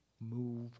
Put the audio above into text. Move